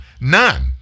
None